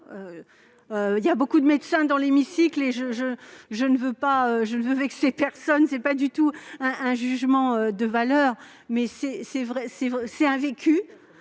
y a beaucoup de médecins dans l'hémicycle et je ne veux vexer personne. Il ne s'agit pas du tout d'un jugement de valeur, mais tout